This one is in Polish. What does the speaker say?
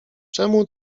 czemu